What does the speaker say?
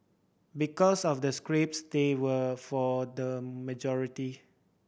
because of the scripts they were for the majority